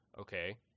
okay